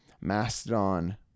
Mastodon